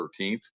13th